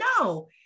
no